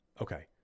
Okay